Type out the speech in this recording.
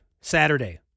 Saturday